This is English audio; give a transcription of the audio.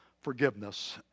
forgiveness